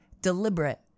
deliberate